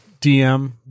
DM